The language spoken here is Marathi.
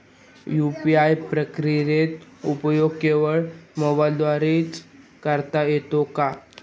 यू.पी.आय प्रक्रियेचा उपयोग केवळ मोबाईलद्वारे च करता येतो का?